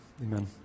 Amen